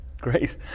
Great